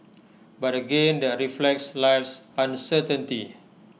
but again that reflects life's uncertainty